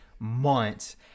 Months